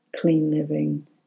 clean-living